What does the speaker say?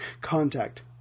Contact